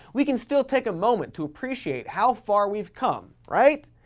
we can still take a moment to appreciate how far we've come, right?